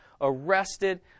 arrested